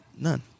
None